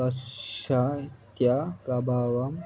పాశ్చత ప్రభావం